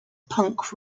punk